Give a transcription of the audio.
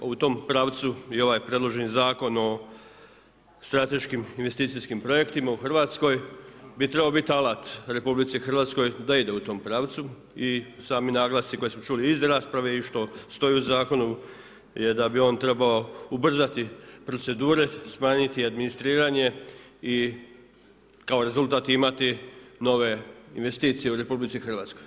Pa u tom pravcu i ovaj predloženi Zakon o strateškim investicijskim projektima u Hrvatskoj bi trebao biti alat RH da ide u tom pravcu i sami naglasci koje smo čuli iz rasprave i što stoji u zakonu je da bi on trebao ubrzati procedure, smanjiti administriranje i kao rezultat imati nove investicije u RH.